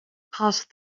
passed